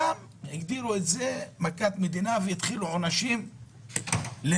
גם הגדירו את זה מכת מדינה והתחילו העונשים להאמיר.